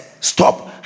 Stop